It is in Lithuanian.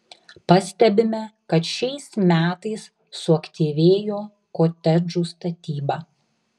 pastebime kad šiais metais suaktyvėjo kotedžų statyba